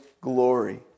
glory